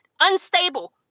unstable